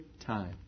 time